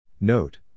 Note